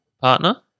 partner